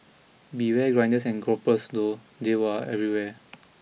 beware grinders and gropers though they were everywhere